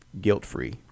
guilt-free